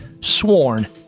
sworn